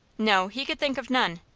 no, he could think of none.